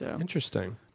Interesting